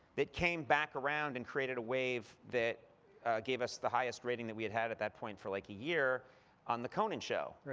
that came back around and created a wave that gave us the highest rating that we had had at that point for like a year on the conan show,